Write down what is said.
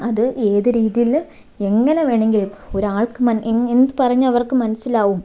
അത് ഏത് രീതിയിൽ എങ്ങനെ വേണമെങ്കിലും ഒരാൾക്ക് മനാ എ എന്തു പറഞ്ഞു അവർക്കു മനസ്സിലാവും